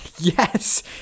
Yes